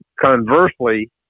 Conversely